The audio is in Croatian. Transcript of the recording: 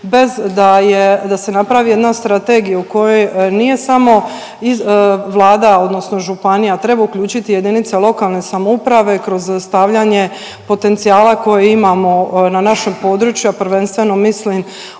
je, da se napravi jedna strategija u kojoj nije samo Vlada odnosno županija, treba uključit i JLS kroz stavljanje potencijala koji imamo na našem području, a prvenstveno mislim o